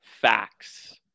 facts